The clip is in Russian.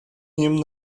ним